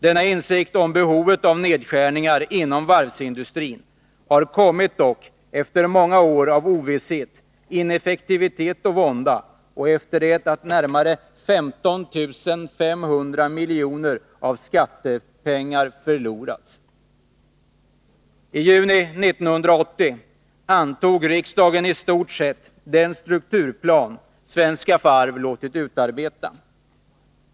Denna insikt om behovet av nedskärningar inom varvsindustrin har dock kommit efter många år av ovisshet, ineffektivitet och vånda, och efter det att närmare 15 500 miljoner av skattepengar har förlorats. I juni 1980 antog riksdagen i stort sett den strukturplan Svenska Varv låtit utarbeta.